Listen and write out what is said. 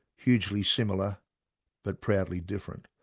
hugely similar but proudly different.